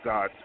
God